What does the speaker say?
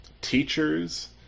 teachers